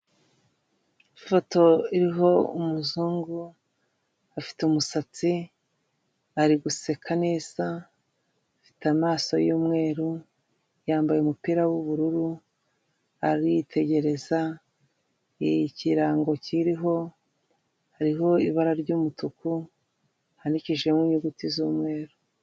Ifoto iriho umuzungu ufite umusatsi, ari guseka neza, afite amaso y'umweru, yambaye umupira w'ubururu, aritegereza ikirango kiriho hariho ibara ry'umutuku, ahanikijemo inyuguti z'umweru.